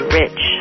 rich